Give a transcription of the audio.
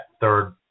third